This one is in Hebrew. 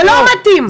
זה לא מתאים.